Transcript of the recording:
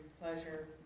pleasure